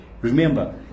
Remember